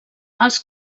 els